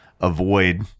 avoid